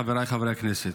חבריי חברי הכנסת,